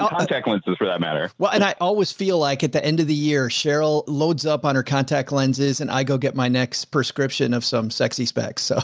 um contact lenses for that matter. and i always feel like at the end of the year, cheryl loads up on her contact lenses and i go get my next prescription of some sexy specs. so